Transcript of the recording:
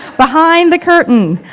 behind the curtain.